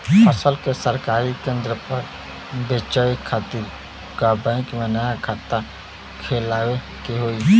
फसल के सरकारी केंद्र पर बेचय खातिर का बैंक में नया खाता खोलवावे के होई?